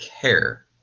care